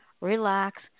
relax